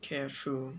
careful